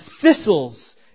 thistles